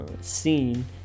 scene